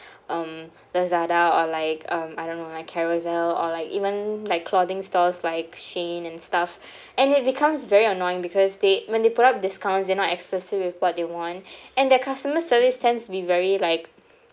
um lazada or like um I don't know like carousel or like even like clothing stores like shane and stuff and it becomes very annoying because they when they put up discounts they're not explicit with what they want and their customer service tends to be very like